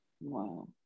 Wow